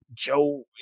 Joe